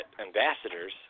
ambassadors